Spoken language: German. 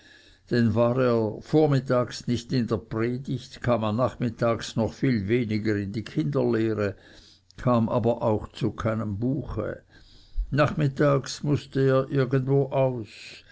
denn war er vormittags nicht in der predigt kam er nachmittags noch viel weniger in die kinderlehre kam aber auch zu keinem buche nachmittags mußte er irgendwo aus